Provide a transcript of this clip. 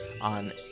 on